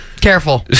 Careful